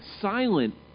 silent